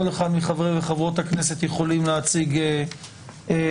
כל אחד ואחת מחברי הכנסת יכולים להציג הסתייגויות